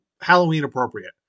Halloween-appropriate